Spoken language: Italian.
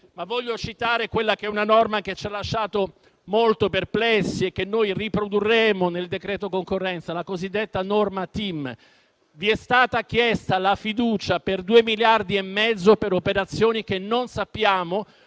Voglio citare una norma che ci ha lasciato molto perplessi e che noi riprodurremo nel decreto concorrenza, la cosiddetta norma TIM. Vi è stata chiesta la fiducia per due miliardi e mezzo per operazioni che non sappiamo quali